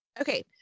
okay